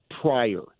prior